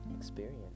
experience